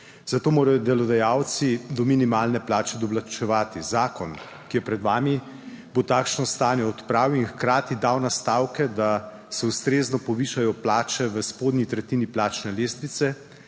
zato morajo delodajalci do minimalne plače doplačevati. Zakon, ki je pred vami, bo takšno stanje odpravil in hkrati dal nastavke, da se ustrezno povišajo plače v spodnji tretjini plačne lestvice.